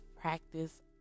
practice